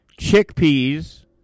chickpeas